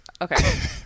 Okay